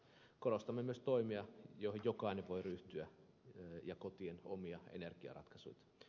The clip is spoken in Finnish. korostamme myös toimia joihin jokainen voi ryhtyä ja kotien omia energiaratkaisuita